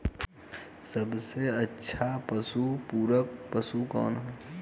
सबसे अच्छा आहार पूरक पशु कौन ह?